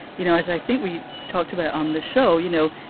you know, as i think we talked about on the show, you know,